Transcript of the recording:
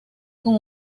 con